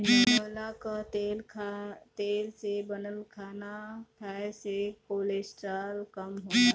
बिनौला कअ तेल से बनल खाना खाए से कोलेस्ट्राल कम होला